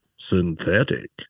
Synthetic